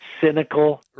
cynical